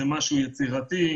זה משהו יצירתי,